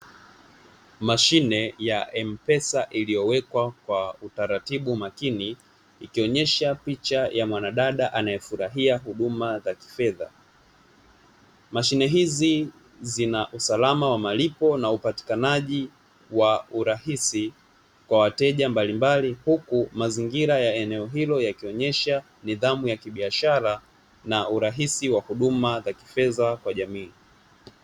Mashine ya Mpesa iliyowekwa kwa utaratibu makini ikionyesha picha ya mwana dada anayefurahia huduma za kifedha. Mashine hizi zina usalama wa malipo na upatikanaji wa urahisi kwa wateja mbalimbali, huku mazingira ya eneo hilo yakionyesha nidhamu ya kibiashara na urahisi wa huduma za kifedha kwa jamii.